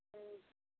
ம்